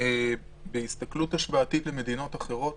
בהסתכלות השוואתית למדינות אחרות